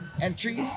entries